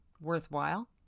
Worthwhile